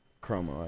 Chrome